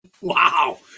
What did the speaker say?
Wow